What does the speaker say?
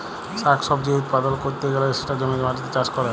শাক সবজি উৎপাদল ক্যরতে গ্যালে সেটা জমির মাটিতে চাষ ক্যরে